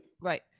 Right